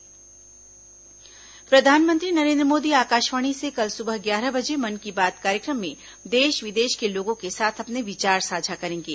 मन की बात प्रधानमंत्री नरेन्द्र मोदी आकाशवाणी से कल सुबह ग्यारह बजे मन की बात कार्यक्रम में देश विदेश के लोगों के साथ अपने विचार साझा करेंगे